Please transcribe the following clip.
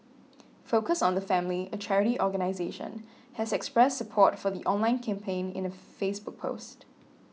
focus on the family a charity organisation has expressed support for the online campaign in a Facebook post